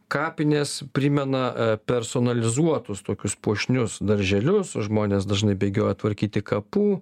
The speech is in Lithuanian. kapinės primena personalizuotus tokius puošnius darželius žmonės dažnai bėgioja tvarkyti kapų